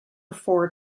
four